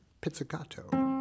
pizzicato